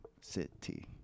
city